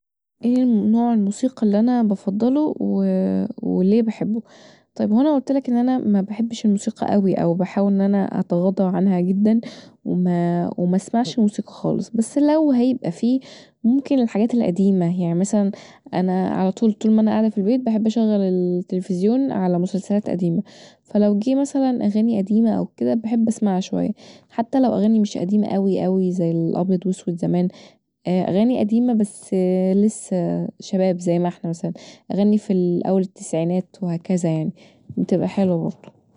ايه نوع الموسيقي اللي انا بفضله وليه بحبه طيب انا قولتلك ان انا مبحبش المرسيقي اوي او بحاول ان انا اتغاضي عنها جدا ومسمعش موسيقي خالص، بس لو هيبقي فيه ممكن الحاجات القديمه، زي مثلا انا علي طول طول ما انا قاعزه فيوالبيت بحب اشغل التلفزيون علي مسلسلات قديمة فلو جه اغاني مثلا قديمة او كدا بحب اسمعها شويه حتي لو مش اغاني قديمه اوي اوي زي الأبيض والاسود زمان اغاني قديمه بس لسه شباب زي ما احنا مثلا اغاني في اول التسعينات وهكذا يعني بتبقي حلوه برضو